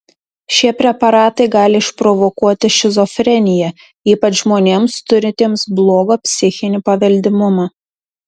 šie preparatai gali išprovokuoti šizofreniją ypač žmonėms turintiems blogą psichinį paveldimumą